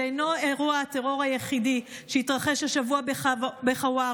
זהו אינו אירוע הטרור היחידי שהתרחש השבוע בחווארה.